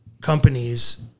companies